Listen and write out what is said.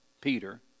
Peter